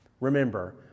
Remember